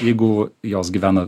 jeigu jos gyvena